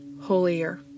holier